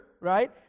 right